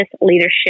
leadership